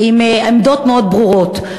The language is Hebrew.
עם עמדות מאוד ברורות.